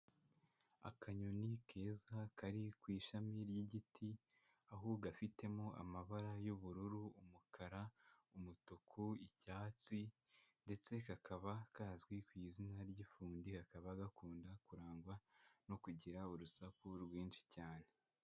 Akanyoni keza kari ku ishami ry'igiti, aho gafitemo amabara y'ubururu, umukara, umutuku, icyatsi, ndetse kakaba kazwi ku izina ry'ifundi, kakaba gakunda kurangwa no kugira urusaku rwinshi cyane.